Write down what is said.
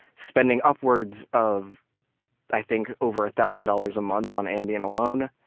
spending upwards of i think over a thousand dollars a month on ambien alone.